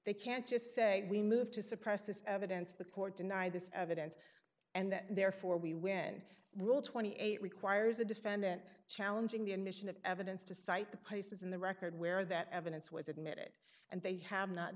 they can't just say we moved to suppress this evidence the court deny this evidence and therefore we win rule twenty eight requires a defendant challenging the admission of evidence to cite the places in the record where that evidence was admitted and they have not